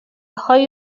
هایی